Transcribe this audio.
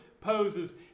poses